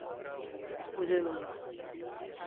ᱩᱡᱚᱭ Munda